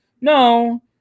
No